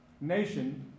nation